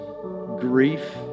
grief